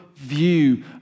view